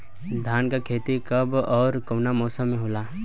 धान क खेती कब ओर कवना मौसम में होला?